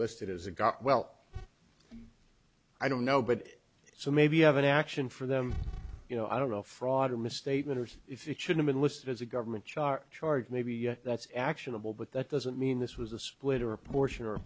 listed as a got well i don't know but so maybe you have an action for them you know i don't know fraud or misstatement or see if it should have been listed as a government chart charge maybe that's actionable but that doesn't mean this was a split or a portion or a